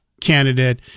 candidate